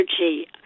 energy